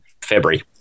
February